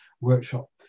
workshop